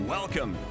Welcome